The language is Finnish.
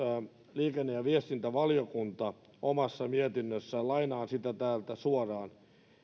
liikenne ja viestintävaliokunta omassa mietinnössään lainaan sitä täältä suoraan